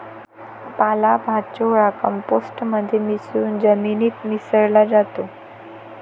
पालापाचोळा कंपोस्ट मध्ये मिसळून जमिनीत मिसळला जातो